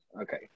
Okay